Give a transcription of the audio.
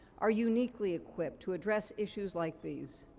are uniquely equipped to address issues like these.